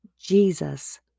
Jesus